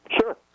Sure